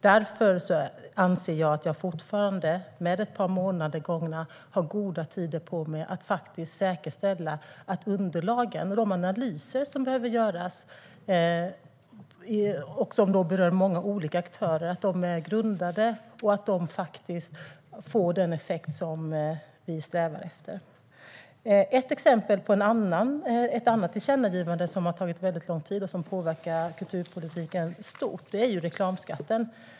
Därför anser jag att jag fortfarande, efter ett par månader gångna, har gott om tid på mig att säkerställa att de underlag som behövs och de analyser som behöver göras - som berör många olika aktörer - är grundliga och får den effekt som vi strävar efter. Ett exempel på ett annat tillkännagivande som har tagit väldigt lång tid att tillgodose och som har stor påverkan på kulturpolitiken är reklamskatten.